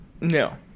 no